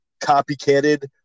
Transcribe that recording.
copycatted